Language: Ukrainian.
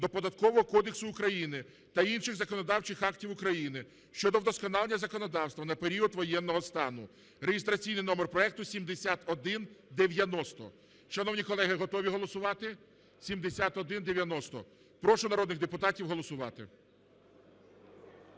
до Податкового кодексу України та інших законодавчих актів України щодо вдосконалення законодавства на період воєнного стану (реєстраційний номер проекту 7190). Шановні колеги, готові голосувати? 7190. Прошу народних депутатів голосувати.